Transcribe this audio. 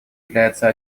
является